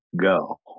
go